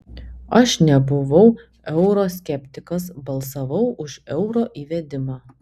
aš nebuvau euro skeptikas balsavau už euro įvedimą